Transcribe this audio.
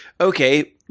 okay